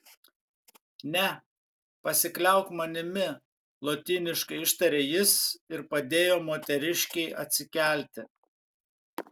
ne pasikliauk manimi lotyniškai ištarė jis ir padėjo moteriškei atsikelti